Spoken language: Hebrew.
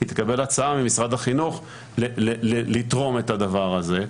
היא תקבל הצעה ממשרד החינוך לתרום את הדבר הזה.